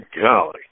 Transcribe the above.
golly